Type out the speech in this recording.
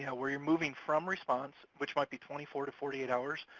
yeah where you're moving from response, which might be twenty four to forty eight hours,